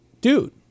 dude